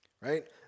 Right